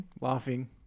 Laughing